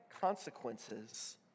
consequences